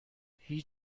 هیچ